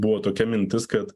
buvo tokia mintis kad